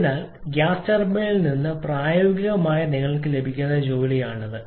അതിനാൽ ഗ്യാസ് ടർബൈനിൽ നിന്ന് പ്രായോഗികമായി നിങ്ങൾക്ക് ലഭിക്കുന്ന ജോലിയാണിത്